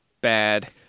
bad